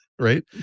right